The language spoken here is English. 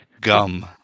gum